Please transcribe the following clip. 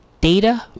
data